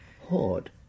Hoard